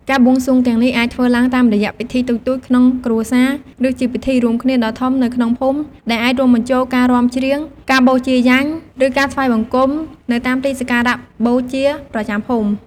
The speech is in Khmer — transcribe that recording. ការបួងសួងទាំងនេះអាចធ្វើឡើងតាមរយៈពិធីតូចៗក្នុងគ្រួសារ ឬជាពិធីរួមគ្នាដ៏ធំនៅក្នុងភូមិដែលអាចរួមបញ្ចូលការរាំច្រៀង ការបូជាយញ្ញ ឬការថ្វាយបង្គំនៅតាមទីសក្ការៈបូជាប្រចាំភូមិ។